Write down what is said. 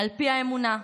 על פי האמונה,